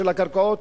של הקרקעות,